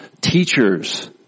teachers